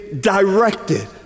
directed